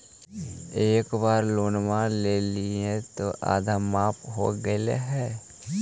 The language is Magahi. एक बार लोनवा लेलियै से आधा माफ हो गेले हल?